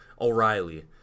O'Reilly